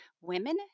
women